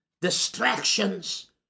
distractions